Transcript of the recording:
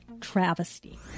travesty